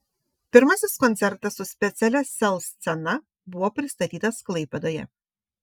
pirmasis koncertas su specialia sel scena buvo pristatytas klaipėdoje